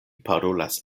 parolas